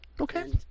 Okay